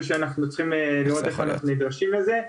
שאנחנו צריכים לראות איך אנחנו ניגשים לעניין הזה.